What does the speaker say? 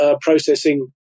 processing